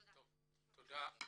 תודה.